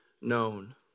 known